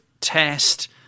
test